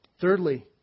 Thirdly